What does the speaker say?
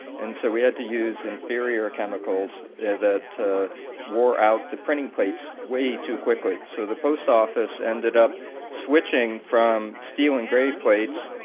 and so we had to use inferior chemicals that wore out the printing plates way too quickly. so the post office ended up switching from steel engraved plates,